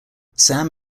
sam